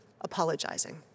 apologizing